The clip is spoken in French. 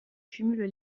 cumule